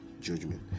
judgment